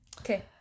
Okay